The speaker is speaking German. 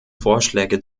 vorschläge